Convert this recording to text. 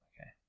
okay